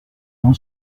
dans